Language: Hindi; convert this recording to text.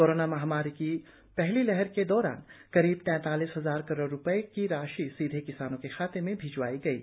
कोरोना महामारी की पहली लहर के दौरान करीब तेतालीस हजार करोड़ रुपये की राशि सीधे किसानों के खाते में भिजवाई गई थी